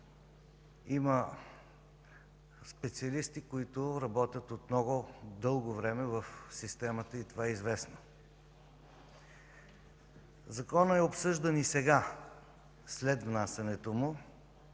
има специалисти, които работят от много дълго време в системата и това е известно. Законопроектите са обсъждани и сега, след внасянето им,